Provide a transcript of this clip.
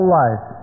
life